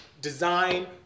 design